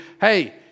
hey